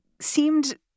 seemed